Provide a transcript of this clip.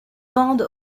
bandes